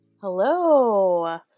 Hello